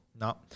No